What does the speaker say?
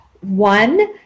one